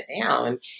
down